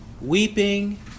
weeping